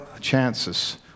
chances